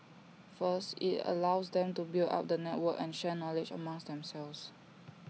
first IT allows them to build up the network and share knowledge amongst themselves